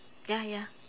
ya ya